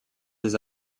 des